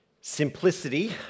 simplicity